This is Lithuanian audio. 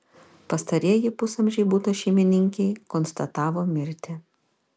pastarieji pusamžei buto šeimininkei konstatavo mirtį